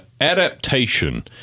adaptation